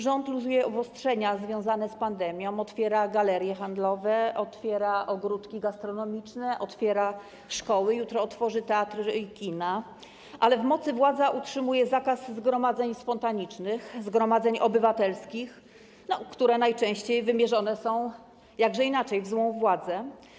Rząd luzuje obostrzenia związane z pandemią, otwiera galerie handlowe, otwiera ogródki gastronomiczne, otwiera szkoły, jutro otworzy teatry i kina, ale w mocy władza utrzymuje zakaz zgromadzeń spontanicznych, zgromadzeń obywatelskich, które najczęściej wymierzone są, jakże inaczej, w złą władzę.